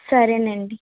సరే అండి